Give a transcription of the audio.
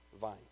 vine